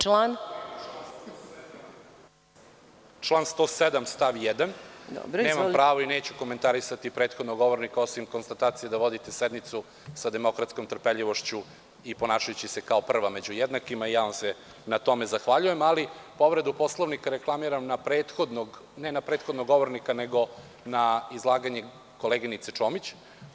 Povreda član 107. stav 1. Nemam pravo i neću komentarisati prethodnog govornika, osim konstatacije da vodite sednicu sa demokratskom trpeljivošću i ponašajući se kao prva među jednakima, ja vam se na tome zahvaljujem, ali povredu Poslovnika reklamiram ne na prethodnog govornika, nego na izlaganje koleginice Čomić.